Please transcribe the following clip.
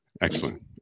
Excellent